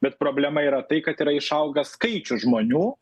bet problema yra tai kad yra išauga skaičius žmonių